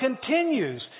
continues